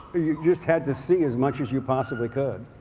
ah you just had to see as much as you possibly could.